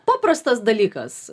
paprastas dalykas